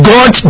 God